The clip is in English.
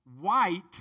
white